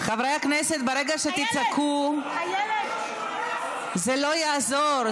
חברי הכנסת, ברגע שתצעקו, זה לא יעזור.